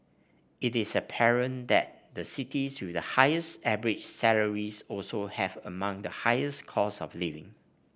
it is apparent that the cities with the highest average salaries also have among the highest costs of living